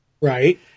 Right